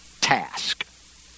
task